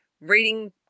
reading